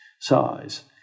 size